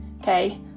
Okay